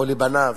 או לבניו.